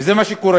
שזה מה שקורה.